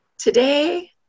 Today